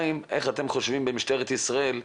איך אתם חושבים במשטרת ישראל,